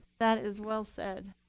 that is well said.